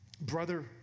Brother